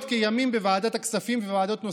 כימים בוועדת הכספים ובוועדות נוספות,